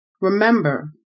Remember